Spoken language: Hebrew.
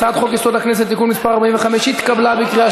הצעת חוק-יסוד: הכנסת (תיקון מס' 45) התקבלה בקריאה